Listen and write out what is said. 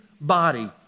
body